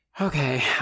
Okay